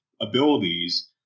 abilities